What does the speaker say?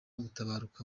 gutabaruka